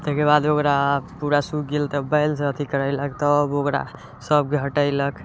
तैके बाद ओकरा पूरा सूखि गेल तऽ बैलसँ अथी करेलक तब ओकरा सबके हटेलक